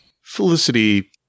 Felicity